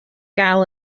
gael